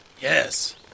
Yes